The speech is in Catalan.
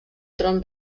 tron